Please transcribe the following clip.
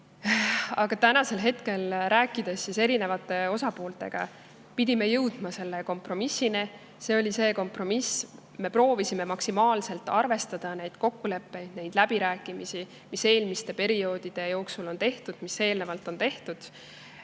Aga tänasel hetkel pidime erinevate osapooltega läbi rääkides jõudma kompromissini. See oli see kompromiss. Me proovisime maksimaalselt arvestada neid kokkuleppeid, neid läbirääkimisi, mis eelmiste perioodide jooksul on tehtud, mis eelnevalt on tehtud.